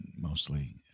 Mostly